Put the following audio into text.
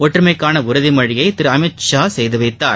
ஒற்றுமைக்கான உறுதிமொழியை திரு அமித் ஷா செய்துவைத்தார்